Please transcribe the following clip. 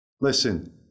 Listen